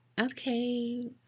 Okay